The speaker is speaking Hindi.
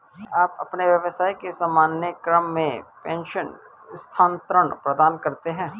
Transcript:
क्या आप अपने व्यवसाय के सामान्य क्रम में प्रेषण स्थानान्तरण प्रदान करते हैं?